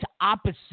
opposite